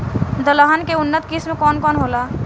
दलहन के उन्नत किस्म कौन कौनहोला?